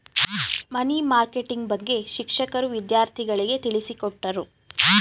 ಮನಿ marketing ಬಗ್ಗೆ ಶಿಕ್ಷಕರು ವಿದ್ಯಾರ್ಥಿಗಳಿಗೆ ತಿಳಿಸಿಕೊಟ್ಟರು